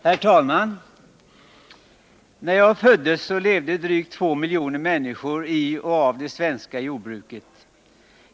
Herr talman! När jag föddes levde drygt 2 miljoner människor i och av det svenska jordbruket.